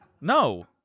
No